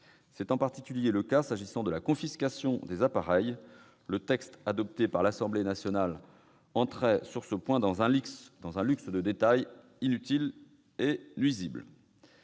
C'est en particulier le cas s'agissant de la confiscation des appareils : le texte adopté par l'Assemblée nationale entrait sur ce point dans un luxe de détails inutile et nuisible.